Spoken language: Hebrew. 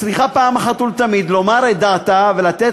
שצריכה פעם אחת ולתמיד לומר את דעתה ולתת